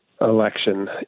election